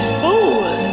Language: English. fool